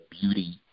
beauty